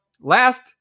last